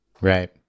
Right